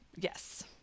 Yes